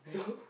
so